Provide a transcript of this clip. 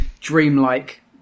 dreamlike